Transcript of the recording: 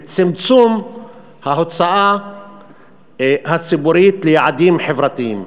בצמצום ההוצאה הציבורית ליעדים חברתיים.